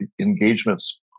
engagements